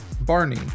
Barney